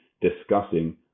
discussing